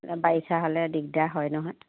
বাৰিষা হ'লে দিগদাৰ হয় নহয়